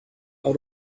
out